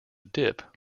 dip